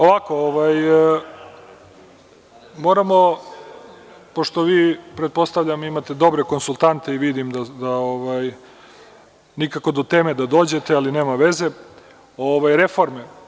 Ovako, moramo pošto vi pretpostavljam imate dobre konsultante i nikako do teme da dođete, ali nema veze, reforme.